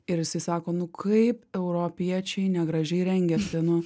ir jisai sako nu kaip europiečiai negražiai rengiasi nu